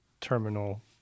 terminal